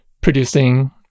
producing